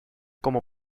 como